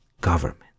government